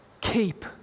Keep